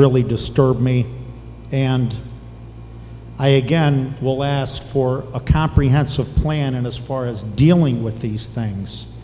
really disturbed me and i again will last for a comprehensive plan and as far as dealing with these things